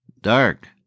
dark